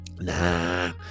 nah